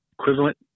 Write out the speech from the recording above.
equivalent